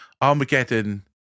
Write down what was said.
Armageddon